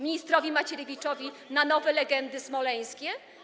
Ministrowi Macierewiczowi na nowe legendy smoleńskie?